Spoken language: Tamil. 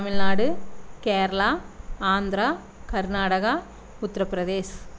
தமிழ்நாடு கேரளா ஆந்திரா கர்நாடகா உத்திரப் பிரதேஷ்